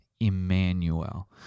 Emmanuel